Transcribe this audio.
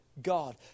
God